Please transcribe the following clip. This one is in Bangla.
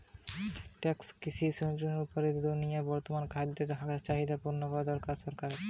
টেকসই কৃষি সুস্টাইনাবল উপায়ে দুনিয়ার বর্তমান খাদ্য চাহিদা পূরণ করা দরকার